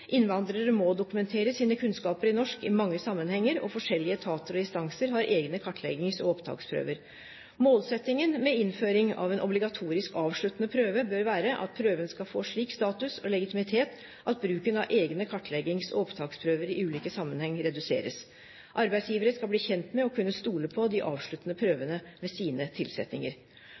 Innvandrere må dokumentere sine kunnskaper i norsk i mange sammenhenger, og forskjellige etater og instanser har egne kartleggings- og opptaksprøver. Målsettingen med innføring av en obligatorisk avsluttende prøve bør være at prøven skal få slik status og legitimitet at bruken av egne kartleggings- og opptaksprøver i ulike sammenhenger reduseres. Arbeidsgivere skal bli kjent med og kunne stole på de avsluttende prøvene ved sine